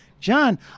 John